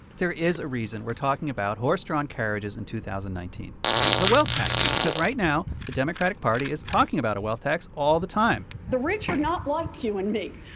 there is a reason we're talking about horse-drawn carriages in two thousand and nineteen the wealth tax. because right now, the democratic party is talking about a wealth tax all the time the rich are not like you and me.